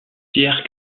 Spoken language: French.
pierre